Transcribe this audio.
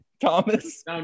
Thomas